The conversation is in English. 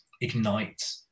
ignite